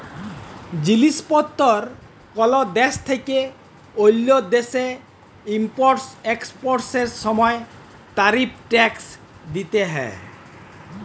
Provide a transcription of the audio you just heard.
জিলিস পত্তর কল দ্যাশ থ্যাইকে অল্য দ্যাশে ইম্পর্ট এক্সপর্টের সময় তারিফ ট্যাক্স দ্যিতে হ্যয়